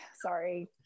sorry